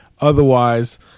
otherwise